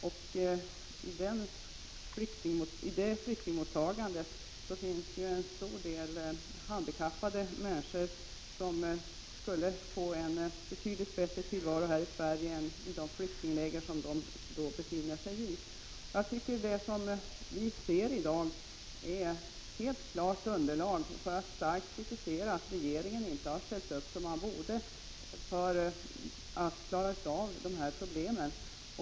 Inom denna flyktinggrupp finns många handikappade människor som skulle kunna få en betydligt bättre tillvaro här i Sverige än vad de har i de flyktingläger där de nu befinner sig. Jag tycker att det vi i dag kan konstatera utgör ett starkt underlag för att kritisera det förhållandet att regeringen inte ställt upp som den borde ha gjort för att lösa dessa problem.